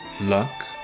Luck